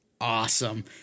awesome